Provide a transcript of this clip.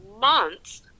months